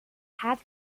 head